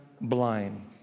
blind